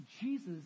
Jesus